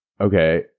okay